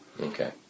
Okay